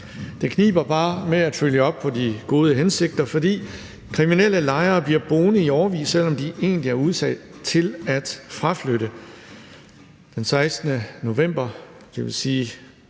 Det kniber bare med at følge op på de gode hensigter, fordi kriminelle lejere bliver boende i årevis, selv om de egentlig er udsat og skal fraflytte. Den 16. november, dvs. i